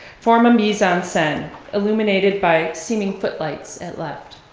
form a mise-en-scene illuminated by seeming footlights at left.